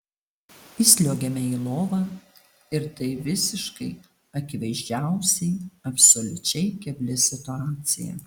įsliuogiame į lovą ir tai visiškai akivaizdžiausiai absoliučiai kebli situacija